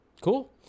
cool